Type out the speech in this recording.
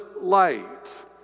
light